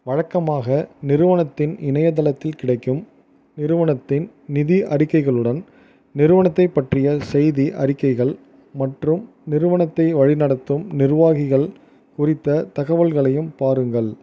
வழக்கமாக நிறுவனத்தின் இணையதளத்தில் கிடைக்கும் நிறுவனத்தின் நிதி அறிக்கைகளுடன் நிறுவனத்தைப் பற்றிய செய்தி அறிக்கைகள் மற்றும் நிறுவனத்தை வழி நடத்தும் நிர்வாகிகள் குறித்த தகவல்களையும் பாருங்கள்